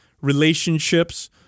relationships